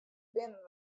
binnen